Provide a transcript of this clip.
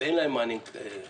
- ואין להם מענים כלכליים.